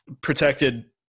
protected